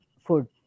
food